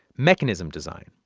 mechanism design.